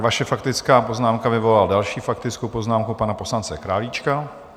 Vaše faktická poznámka vyvolala další faktickou poznámku pana poslance Králíčka.